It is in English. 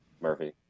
Murphy